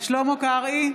שלמה קרעי,